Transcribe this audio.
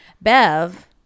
Bev